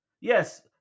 Yes